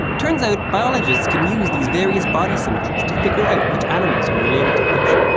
turns out, biologists can use these various body symmetries to figure out which animals are related to which.